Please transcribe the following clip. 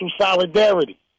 solidarity